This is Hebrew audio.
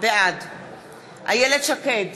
בעד איילת שקד,